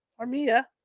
Armia